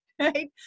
Right